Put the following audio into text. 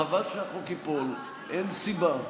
חבל שהחוק ייפול, אין סיבה.